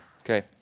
Okay